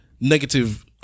negative